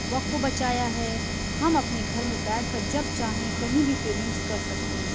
وقت کو بچایا ہے ہم اپنے گھر میں بیٹھ کر جب چاہیں کہیں بھی پیمینٹس کر سکتے ہیں